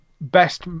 best